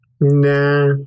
Nah